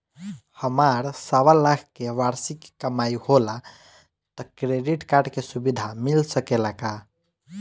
हमार सवालाख के वार्षिक कमाई होला त क्रेडिट कार्ड के सुविधा मिल सकेला का?